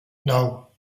nou